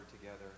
together